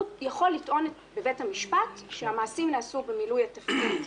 הוא יכול לטעון בבית המשפט שהמעשים נעשו במילוי התפקיד,